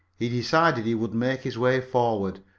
he decided he would make his way forward,